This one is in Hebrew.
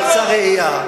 אני קצר ראייה.